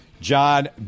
John